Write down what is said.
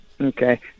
okay